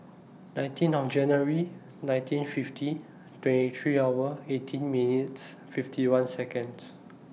nineteen on January nineteen fifty twenty three hour eighteen minutes fifty one Seconds